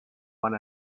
one